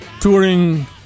touring